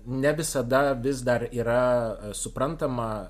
ne visada vis dar yra suprantama